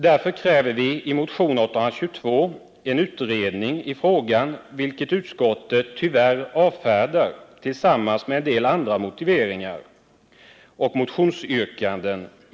Därför kräver vi i motionen 822 en utredning av frågan, vilket utskottet tyvärr avfärdar med en motivering som berör även en hel del andra motionsyrkanden.